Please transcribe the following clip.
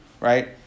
right